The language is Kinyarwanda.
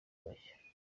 agashya